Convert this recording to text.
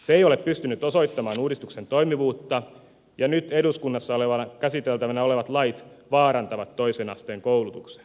se ei ole pystynyt osoittamaan uudistuksen toimivuutta ja nyt eduskunnassa käsiteltävänä olevat lait vaarantavat toisen asteen koulutuksen